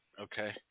Okay